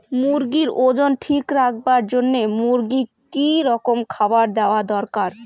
মুরগির ওজন ঠিক রাখবার জইন্যে মূর্গিক কি রকম খাবার দেওয়া দরকার?